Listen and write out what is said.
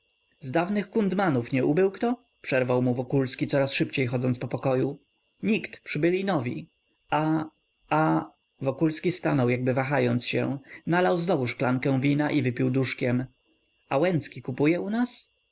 z dawnych kundmanów nie ubył kto przerwał mu wokulski coraz szybciej chodząc po pokoju nikt przybyli nowi a a wokulski stanął jakby wahając się nalał znowu szklankę wina i wypił duszkiem a łęcki kupuje u nas